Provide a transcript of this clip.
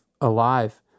alive